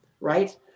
right